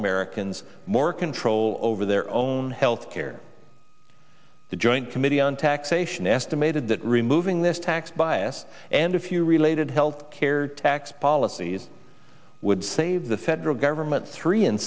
americans more control over their own health care the joint committee on taxation estimated that removing this tax bias and a few related health care tax policies would save the federal government three and